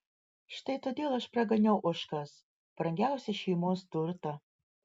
štai todėl aš praganiau ožkas brangiausią šeimos turtą